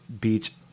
Beach